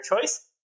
choice